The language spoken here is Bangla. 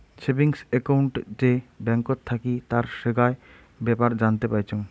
সেভিংস একউন্ট যে ব্যাঙ্কত থাকি তার সোগায় বেপার জানতে পাইচুঙ